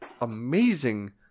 amazing